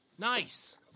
nice